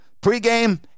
Pre-game